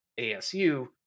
asu